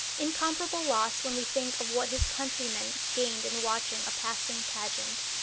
incomparable loss when we think of what his countrymen gained in watching a passing pageant.